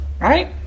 Right